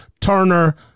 Turner